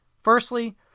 Firstly